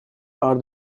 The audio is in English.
are